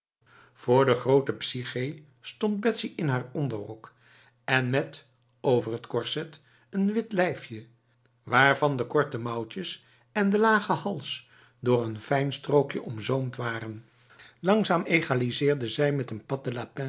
voor de grote psyché stond betsy in haar onderrok en met over het korset een wit lijfje waarvan de korte mouwtjes en de lage hals door een fijn strookje omzoomd waren langzaam egaliseerde zij met een